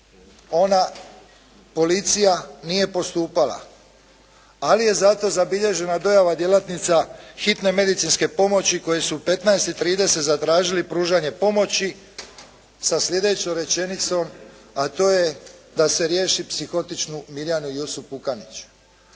ona, policija nije postupala. Ali je zato zabilježena dojava djelatnica hitne medicinske pomoći koji su u 15,30 zatražili pružanje pomoći sa sljedećom rečenicom a to je da se riješi psihotičnu Mirjanu Jusup Pukanić.